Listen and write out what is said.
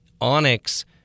Onyx